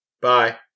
bye